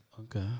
Okay